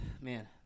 man